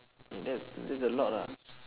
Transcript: eh that that's a lot ah